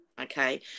okay